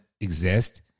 exist